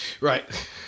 Right